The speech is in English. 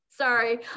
Sorry